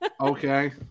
okay